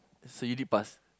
so you did pass